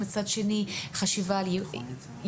ומצד שני חשיבה על ---,